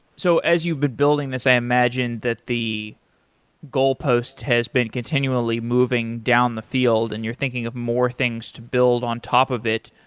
so as you've been building this, i imagine that the goal post has been continually moving down the field and you're thinking of more things to build on top of it.